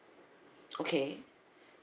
okay